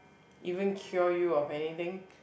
even cure you of anything